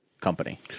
company